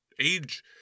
age